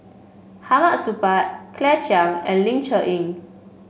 Hamid Supaat Claire Chiang and Ling Cher Eng